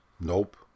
Nope